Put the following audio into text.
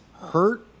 hurt